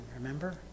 remember